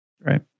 Right